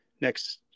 next